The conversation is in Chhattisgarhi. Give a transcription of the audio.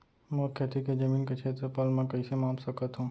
मोर खेती के जमीन के क्षेत्रफल मैं कइसे माप सकत हो?